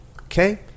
Okay